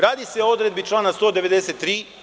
Radi se o odredbi člana 193.